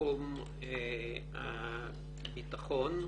בתחום הביטחון,